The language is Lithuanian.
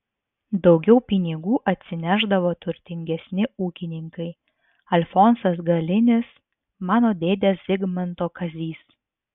daugiau pinigų atsinešdavo turtingesni ūkininkai alfonsas galinis mano dėdė zigmanto kazys